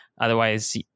Otherwise